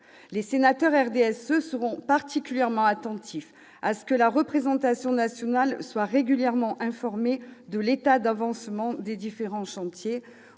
du groupe du RDSE seront particulièrement attentifs à ce que la représentation nationale soit régulièrement informée de l'état d'avancement des différents chantiers